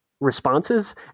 responses